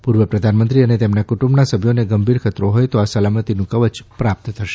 પૂર્વ પ્રધાનમંત્રી અને તેમના કુટુંબના સભ્યોને ગંભીર ખતરો હોય તો આ સલામતીનું કવચ પ્રાપ્ત થશે